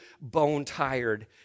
bone-tired